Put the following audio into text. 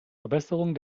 verbesserung